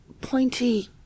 pointy